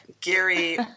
Gary